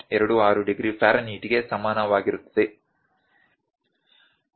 26 degree Fahrenheit ಗೆ ಸಮಾನವಾಗಿರುತ್ತದೆ